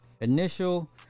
Initial